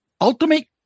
Ultimate